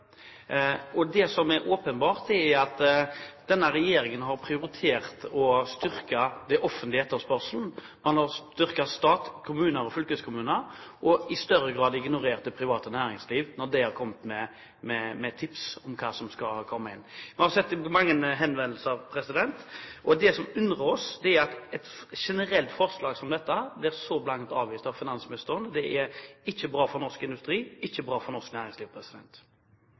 Det som er åpenbart, er at denne regjeringen har prioritert å styrke den offentlige etterspørselen. Man har styrket stat, kommuner og fylkeskommuner og i større grad ignorert det private næringsliv når det har kommet med tips om hva som skal komme inn. Vi har sett mange henvendelser. Det som undrer oss, er at et generelt forslag som dette blir så blankt avvist av finansministeren. Det er ikke bra for norsk industri og ikke bra for norsk næringsliv.